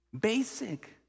basic